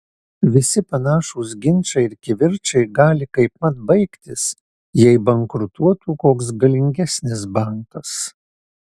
visi panašūs ginčai ir kivirčai gali kaipmat baigtis jei bankrutuotų koks galingesnis bankas